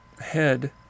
head